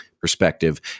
perspective